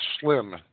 slim